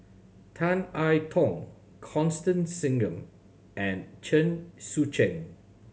Tan I Tong Constance Singam and Chen Sucheng